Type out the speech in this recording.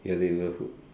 your neighbourhood